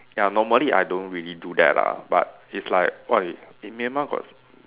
ya normally I don't really do that lah but it's like what in Myanmar got